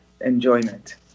enjoyment